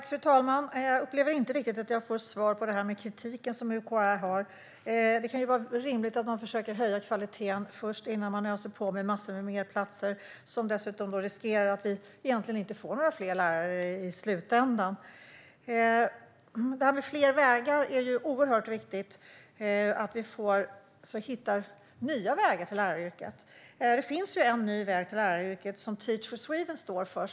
Fru talman! Jag upplever inte riktigt att jag får svar på min fråga om den kritik som UKÄ framför. Det kan vara rimligt att man först försöker höja kvaliteten innan man öser på med massor av fler platser, vilket dessutom riskerar att leda till att vi egentligen inte får några fler lärare i slutändan. När det gäller fler vägar är det oerhört viktigt att vi hittar nya vägar till läraryrket. Det finns en ny väg till yrket, som Teach for Sweden står för.